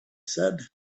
said